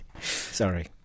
Sorry